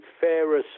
fairer